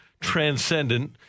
transcendent